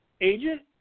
agent